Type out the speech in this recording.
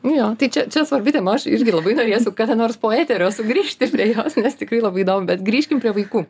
jo tai čia čia svarbi tema aš irgi labai norėsiu kada nors po eterio sugrįžti prie jos nes tikrai labai įdomu bet grįžkim prie vaikų